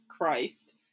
Christ